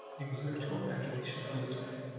exert your imaginations a little.